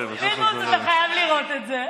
פינדרוס, אתה חייב לראות את זה.